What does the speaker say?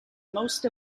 most